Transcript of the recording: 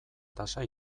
tasa